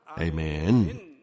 Amen